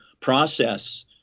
process